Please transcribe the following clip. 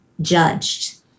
judged